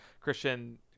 Christian